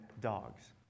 dogs